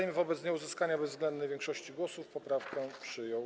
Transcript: Sejm wobec nieuzyskania bezwzględnej większości głosów poprawkę przyjął.